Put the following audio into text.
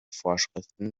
vorschriften